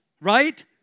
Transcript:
right